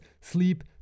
sleep